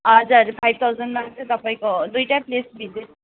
हजुर फाइभ थाउजनमा चाहिँ तपाईँको दुइटा प्लेस भिजिट